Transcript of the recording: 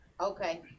Okay